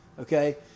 okay